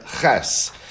Ches